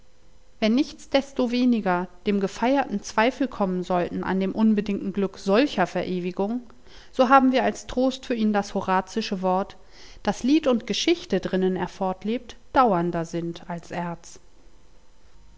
wenn nichtsdestoweniger dem gefeierten zweifel kommen sollten an dem unbedingten glück solcher verewigung so haben wir als trost für ihn das horazische wort daß lied und geschichte drinnen er fortlebt dauernder sind als erz